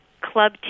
club